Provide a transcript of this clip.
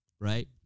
Right